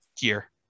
gear